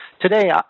Today